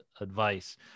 advice